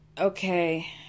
okay